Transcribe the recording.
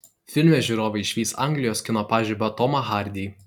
filme žiūrovai išvys anglijos kino pažibą tomą hardy